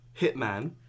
Hitman